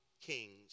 kings